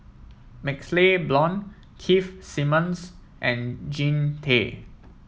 MaxLe Blond Keith Simmons and Jean Tay